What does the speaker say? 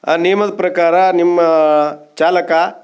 ಆ ನಿಯಮದ ಪ್ರಕಾರ ನಿಮ್ಮ ಚಾಲಕ